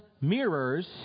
mirrors